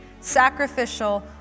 sacrificial